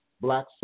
Black